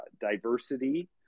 diversity